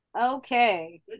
Okay